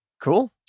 Cool